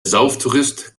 sauftourist